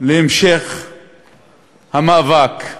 להמשך המאבק,